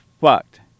fucked